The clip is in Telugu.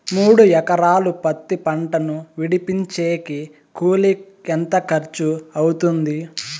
మూడు ఎకరాలు పత్తి పంటను విడిపించేకి కూలి ఎంత ఖర్చు అవుతుంది?